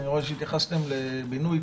אני רואה שהתייחסתם לבינוי,